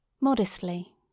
Modestly